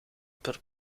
per